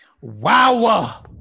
wow